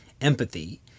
empathy